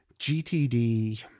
gtd